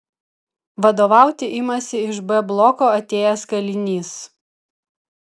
vadovauti imasi iš b bloko atėjęs kalinys